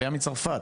עלייה מצרפת.